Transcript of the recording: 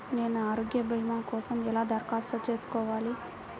నేను ఆరోగ్య భీమా కోసం ఎలా దరఖాస్తు చేసుకోవాలి?